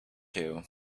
two